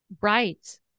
Right